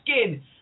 skin